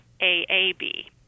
AAB